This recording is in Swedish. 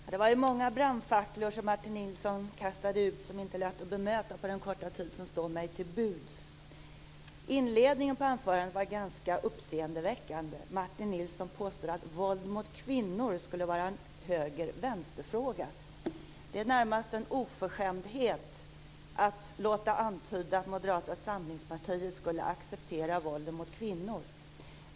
Herr talman! Det var många brandfacklor Martin Nilsson kastade ut, och det är inte lätt att bemöta dem på den korta tid som står mig till buds. Inledningen på anförandet var ganska uppseendeväckande. Martin Nilsson påstod att våld mot kvinnor skulle vara en höger-vänster-fråga. Det är närmast en oförskämdhet att låta antyda att Moderata samlingspartiet skulle acceptera våld mot kvinnor.